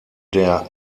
der